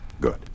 Good